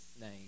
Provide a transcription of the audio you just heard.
name